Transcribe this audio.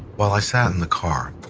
while i sat in the car,